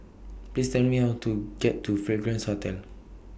Please Tell Me How to get to Fragrance Hotel